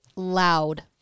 loud